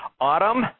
autumn